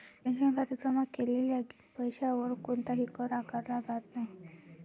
पेन्शनसाठी जमा केलेल्या पैशावर कोणताही कर आकारला जात नाही